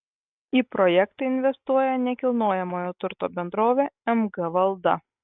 į projektą investuoja nekilnojamojo turto bendrovė mg valda